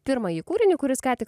pirmąjį kūrinį kuris ką tik